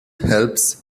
helps